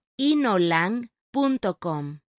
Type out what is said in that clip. Inolang.com